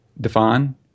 define